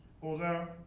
although,